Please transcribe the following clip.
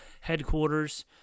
headquarters